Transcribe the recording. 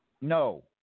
No